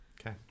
Okay